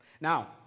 Now